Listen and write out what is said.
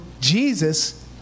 Jesus